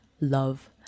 love